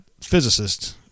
Physicist